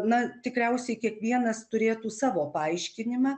na tikriausiai kiekvienas turėtų savo paaiškinimą